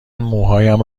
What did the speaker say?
موهایم